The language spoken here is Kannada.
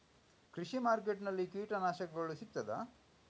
ಕೃಷಿಮಾರ್ಕೆಟ್ ನಲ್ಲಿ ಕೀಟನಾಶಕಗಳು ಸಿಗ್ತದಾ?